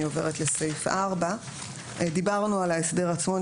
אני עוברת לסעיף 4. דיברנו על ההסדר עצמו,